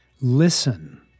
listen